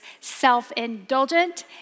self-indulgent